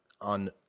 on